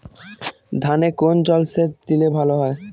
ধানে কোন জলসেচ দিলে ভাল হয়?